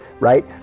right